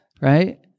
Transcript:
right